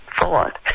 thought